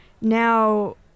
now